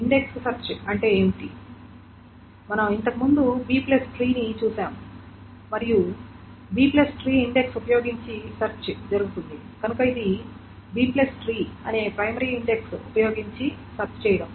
index search అంటే ఏమిటి అంటే మనం ఇంతకు ముందు బిట్రీని చూశాము మరియు బిట్రీ ఇండెక్స్ ఉపయోగించి సెర్చ్ జరుగుతుంది కనుక ఇది బిట్రీ అనే ప్రైమరీ ఇండెక్స్ ఉపయోగించి సెర్చ్ చేయడం